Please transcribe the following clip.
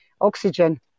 oxygen